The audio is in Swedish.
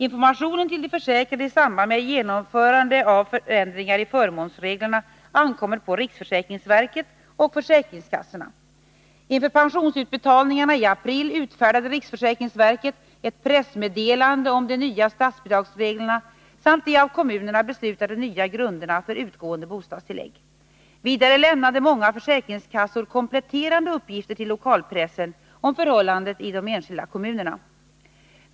Informationen till de försäkrade i samband med genomförande av förändringar i förmånsreglerna ankommer på riksförsäkringsverket och försäkringskassorna. Inför pensionsutbetalningarna i april utfärdade riksförsäkringsverket ett pressmeddelande om de nya statsbidragsreglerna samt de av kommunerna beslutade nya grunderna för utgående bostadstillägg. Vidare lämnade många försäkringskassor kompletterande uppgifter till lokalpressen om förhållandet i de enskilda kommunerna.